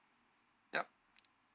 yup